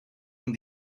van